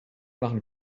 machen